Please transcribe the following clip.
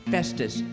Festus